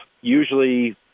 Usually